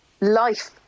life